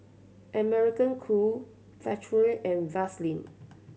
American Crew Factorie and Vaseline